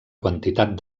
quantitat